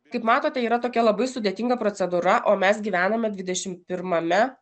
kaip matote yra tokia labai sudėtinga procedūra o mes gyvename dvidešimt pirmame